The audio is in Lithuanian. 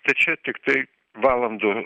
tai čia tiktai valandų